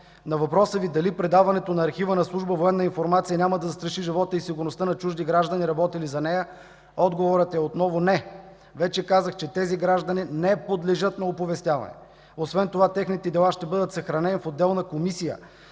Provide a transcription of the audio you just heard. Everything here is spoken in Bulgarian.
На въпроса Ви дали предаването на архива на служба „Военна информация” няма да застраши живота и сигурността на чужди граждани, работили за нея, отговорът е отново не. Вече казах, че тези граждани не подлежат на оповестяване. Освен това техните дела ще бъдат съхранени в отделна комисия